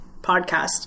podcast